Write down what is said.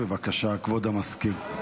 בבקשה, כבוד המזכיר.